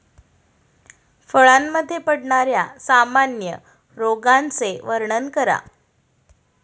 फळांमध्ये पडणाऱ्या सामान्य रोगांचे वर्णन करा